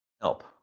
help